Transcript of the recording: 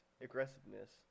aggressiveness